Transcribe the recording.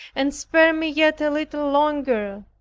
and spare me yet a little longer,